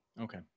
Okay